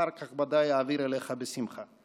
ואחר כך ודאי אעביר אליך בשמחה.